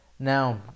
Now